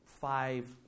five